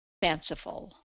fanciful